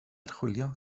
archwilio